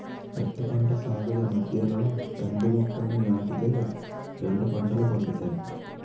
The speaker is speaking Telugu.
పత్తి పంట సాలుల మధ్యలో కంది మొక్కలని నాటి తే రెండు పంటలు పండుతాయి